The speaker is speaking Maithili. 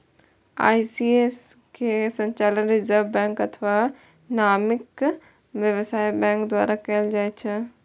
ई.सी.एस के संचालन रिजर्व बैंक अथवा नामित व्यावसायिक बैंक द्वारा कैल जाइ छै